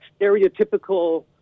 stereotypical